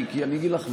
כי אני אגיד לך,